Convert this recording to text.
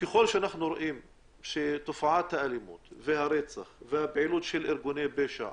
ככל שאנחנו רואים שתופעת האלימות והרצח והפעילות של ארגוני הפשע